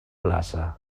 plaça